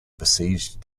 besieged